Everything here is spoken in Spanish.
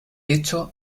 hecho